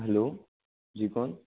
hello जी कौन